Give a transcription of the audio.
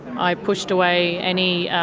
i pushed away any